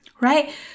right